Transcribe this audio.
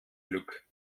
glück